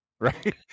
Right